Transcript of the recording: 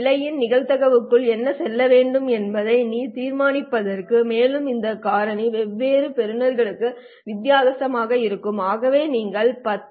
பிழையின் நிகழ்தகவுக்குள் என்ன செல்ல வேண்டும் என்பதை இது தீர்மானிக்கிறது மேலும் இந்த காரணி வெவ்வேறு பெறுநர்களுக்கு வித்தியாசமாக இருக்கும் பின் பெறுதல் சரி